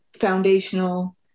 foundational